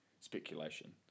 speculation